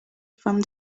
from